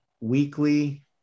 weekly